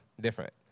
different